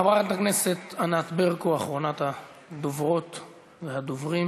חברת הכנסת ענת ברקו, אחרונת הדוברות והדוברים.